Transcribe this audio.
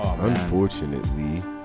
unfortunately